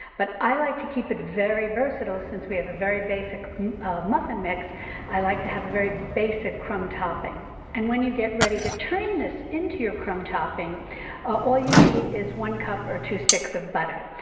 but i like to keep it very versatile since we have a very basic muffin mix i like to have a very basic crumb topping and when you get ready to turn this into your crumb topping all you need is one cup or two sticks of butter.